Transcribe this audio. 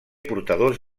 portadors